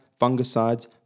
fungicides